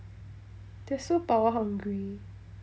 they're so power-hungry